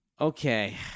Okay